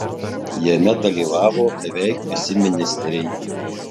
jame dalyvavo beveik visi ministeriai